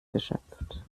geschöpft